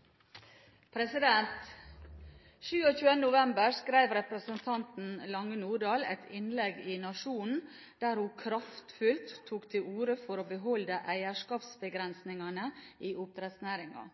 Lange Nordahl et innlegg i Nationen der hun kraftfullt tok til orde for å beholde eierskapsbegrensningene i oppdrettsnæringen.